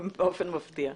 באופן מפתיע.